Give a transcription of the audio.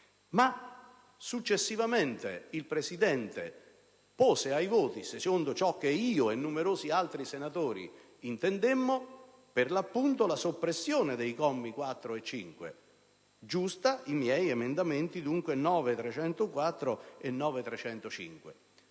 ma successivamente il Presidente pose ai voti, secondo ciò che io e numerosi altri senatori intendemmo, la soppressione dei commi 4 e 5, giusta dunque i miei emendamenti 9.304 e 9.305.